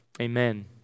Amen